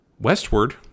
westward